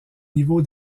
niveau